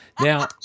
Now